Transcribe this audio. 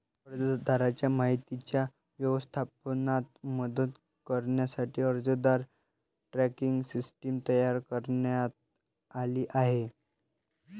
अर्जदाराच्या माहितीच्या व्यवस्थापनात मदत करण्यासाठी अर्जदार ट्रॅकिंग सिस्टीम तयार करण्यात आली आहे